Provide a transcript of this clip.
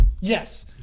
Yes